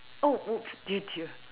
oh oh dear dear